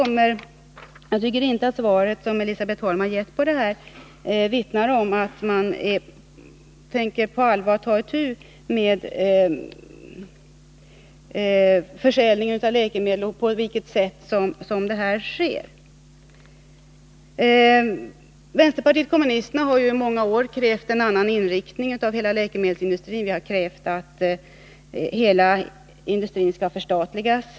Men jag tycker inte att svaret som Elisabet Holm har gett vittnar om att man på allvar tänker ta itu med försäljningen av läkemedel och med det sätt på vilket den sker. Vänsterpartiet kommunisterna har i många år krävt en annan inriktning av läkemedelsindustrin. Vi har krävt att hela läkemedelsindustrin skall förstatligas.